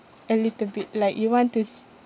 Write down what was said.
a little bit like you want to